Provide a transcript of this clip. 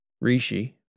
Rishi